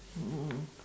mm mm mm mm